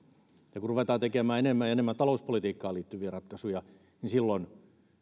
ja kun ruvetaan tekemään enemmän ja enemmän talouspolitiikkaan liittyviä ratkaisuja niin silloin